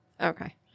Okay